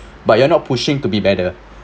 but you're not pushing to be better